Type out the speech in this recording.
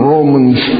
Romans